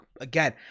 Again